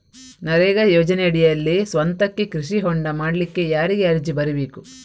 ನರೇಗಾ ಯೋಜನೆಯಡಿಯಲ್ಲಿ ಸ್ವಂತಕ್ಕೆ ಕೃಷಿ ಹೊಂಡ ಮಾಡ್ಲಿಕ್ಕೆ ಯಾರಿಗೆ ಅರ್ಜಿ ಬರಿಬೇಕು?